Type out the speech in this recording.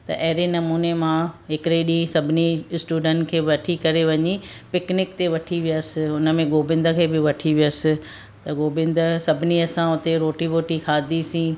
त अहिड़े नमूने मां हिकिड़े ॾींहुं सभिनी स्टूडेंट खे वठी करे वञी पिकनिक ते वठी वयसि हुन में गोबिंद खे बि वठी वयसि त गोबिंद सभिनीअ सां हुते रोटी वोटी खाधीसीं